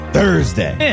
Thursday